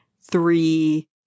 three